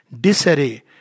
disarray